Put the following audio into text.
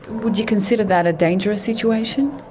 would you consider that a dangerous situation?